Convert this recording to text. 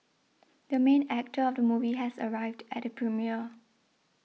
the main actor of the movie has arrived at the premiere